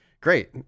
great